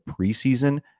preseason